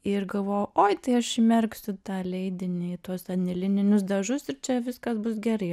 ir galvojau oi tai aš įmesiu tą leidinį tuos anilininius dažus ir čia viskas bus gerai